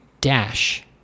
Dash